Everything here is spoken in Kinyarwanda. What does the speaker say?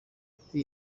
ati